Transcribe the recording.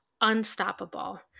unstoppable